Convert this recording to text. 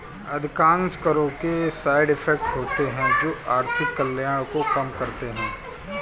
अधिकांश करों के साइड इफेक्ट होते हैं जो आर्थिक कल्याण को कम करते हैं